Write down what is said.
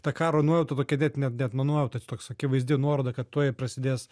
ta karo nuojauta tokia ne net ne nuojauta čia toks akivaizdi nuoroda kad tuoj prasidės